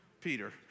Peter